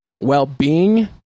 well-being